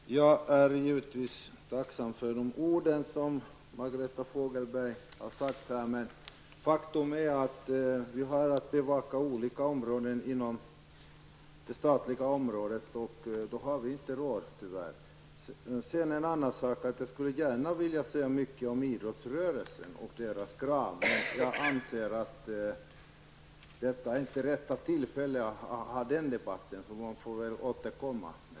Herr talman! Jag är givetvis tacksam för Margareta Fogelbergs uppskattande ord, men faktum är att vi har att bevaka olika områden inom det statliga området, och då har vi -- tyvärr -- inte råd. Sedan en annan sak. Jag skulle gärna vilja säga mycket om idrottsrörelsen och dess krav, men jag anser inte att detta är rätt tillfälle att föra den debatten, så jag får väl återkomma till det.